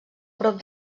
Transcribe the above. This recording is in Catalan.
prop